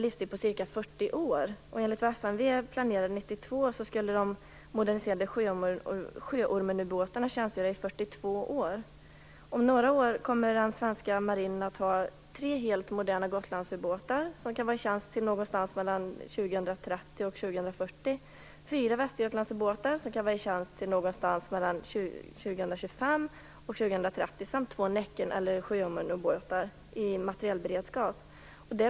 Enligt vad FMV planerade 1992 skulle de moderniserade Sjöormenubåtarna tjänstgöra i 42 år. Om några år kommer den svenska marinen att ha tre helt moderna Gotlandsubåtar, som kan vara i tjänst till 2030-2040, fyra Västergötlandsubåtar, som kan vara i tjänst till 2025-2030 samt två Näcken eller Sjöormenubåtar i materielberedskap.